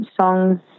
songs